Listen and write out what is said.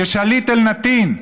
כשליט אל נתין.